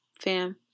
fam